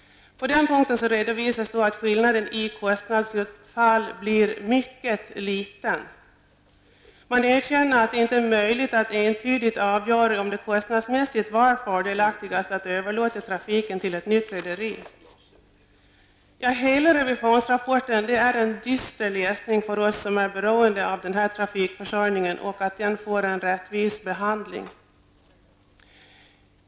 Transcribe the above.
På den punkten redovisas att skillnaden i kostnadsutfall blir mycket liten. Man erkänner att det inte är möjligt att entydigt avgöra om det kostnadsmässigt var fördelaktigast att överlåta trafiken till ett nytt rederi. Hela revisionsrapporten är en dyster läsning för oss som är beroende av att denna trafikförsörjning får en rättvis behandling.